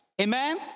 Amen